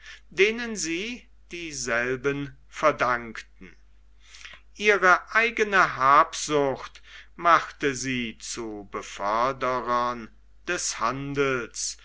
denen sie dieselben verdankten ihre eigene habsucht machte sie zu beförderern des handels